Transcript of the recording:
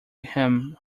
him